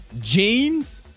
jeans